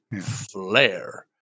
Flare